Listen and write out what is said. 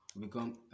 become